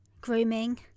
grooming